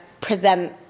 present